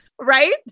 right